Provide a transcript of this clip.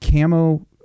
camo